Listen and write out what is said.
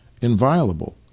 inviolable